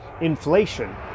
Inflation